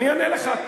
אני עונה לך.